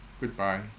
Goodbye